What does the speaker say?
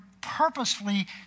purposefully